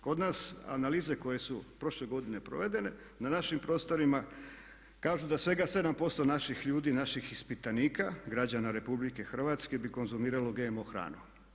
Kod nas analize koje su prošle godine provedene na našim prostorima kažu da svega 7% naših ljudi, naših ispitanika, građana Republike Hrvatske bi konzumiralo GMO hranu.